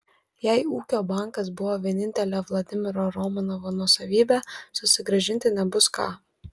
jei ūkio bankas buvo vienintelė vladimiro romanovo nuosavybė susigrąžinti nebus ką